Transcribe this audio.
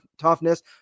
toughness